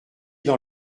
dans